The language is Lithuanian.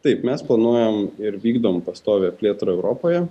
taip mes planuojam ir vykdom pastovią plėtrą europoje